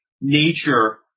nature